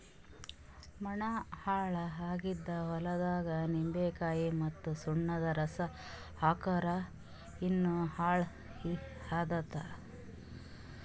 ಮಣ್ಣ ಹಾಳ್ ಆಗಿದ್ ಹೊಲ್ದಾಗ್ ನಿಂಬಿಕಾಯಿ ಮತ್ತ್ ಸುಣ್ಣದ್ ರಸಾ ಹಾಕ್ಕುರ್ ಇನ್ನಾ ಹಾಳ್ ಆತ್ತದ್